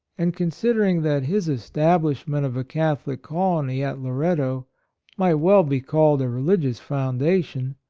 and considering that his establishment of a catholic colony at loretto might well be called a religious foundation,